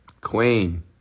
Queen